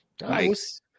Nice